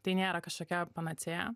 tai nėra kažkokia panacėja